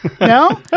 No